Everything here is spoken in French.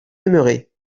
aimerez